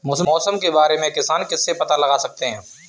मौसम के बारे में किसान किससे पता लगा सकते हैं?